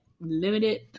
Limited